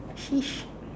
sheesh